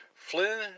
Flynn